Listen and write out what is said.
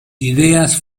ideas